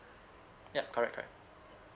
yup correct correct